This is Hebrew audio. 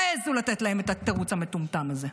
תעזו לתת להם את התירוץ המטומטם הזה.